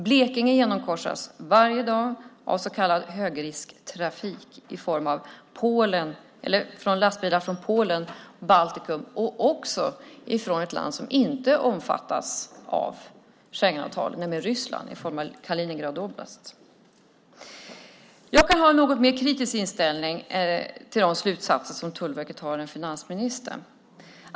Blekinge genomkorsas varje dag av så kallad högrisktrafik i form av lastbilar från Polen, Baltikum och också från ett land som inte omfattas av Schengenavtalet, nämligen Ryssland i form av Kaliningradområdet. Jag kan ha en något mer kritisk inställning än finansministern till Tullverkets slutsatser.